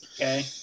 okay